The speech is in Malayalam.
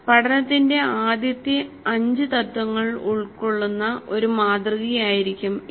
പഠനത്തിന്റെ ആദ്യത്തെ അഞ്ച് തത്ത്വങ്ങൾ ഉൾക്കൊള്ളുന്ന ഒരു മാതൃകയായിരിക്കും ഇത്